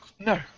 No